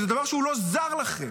וזה דבר שהוא לא זר לכם.